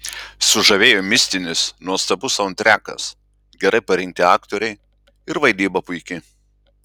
sužavėjo mistinis nuostabus saundtrekas gerai parinkti aktoriai ir vaidyba puiki